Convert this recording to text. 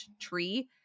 tree